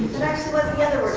was the other